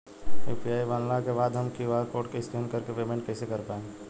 UPI बनला के बाद हम क्यू.आर कोड स्कैन कर के पेमेंट कइसे कर पाएम?